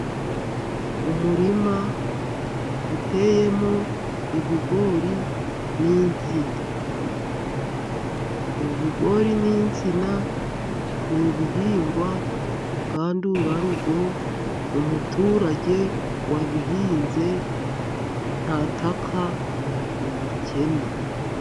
Umurima uteyemo ibigori n'insina. Ibigori n'insina ni ibihingwa ngandurarugo. Umuturage wabihinze ntataka ubukene.